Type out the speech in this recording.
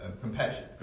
compassion